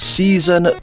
season